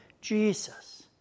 Jesus